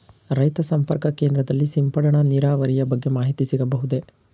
ರೈತ ಸಂಪರ್ಕ ಕೇಂದ್ರದಲ್ಲಿ ಸಿಂಪಡಣಾ ನೀರಾವರಿಯ ಬಗ್ಗೆ ಮಾಹಿತಿ ಸಿಗಬಹುದೇ?